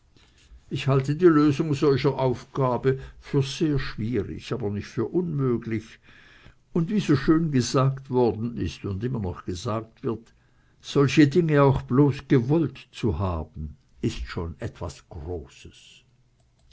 ich halte die lösung solcher aufgabe für sehr schwierig aber nicht für unmöglich und wie so schön gesagt worden ist und immer noch gesagt wird solche dinge auch bloß gewollt zu haben ist schon etwas großes